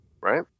Right